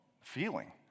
feeling